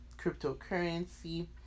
cryptocurrency